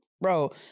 bro